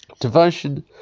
devotion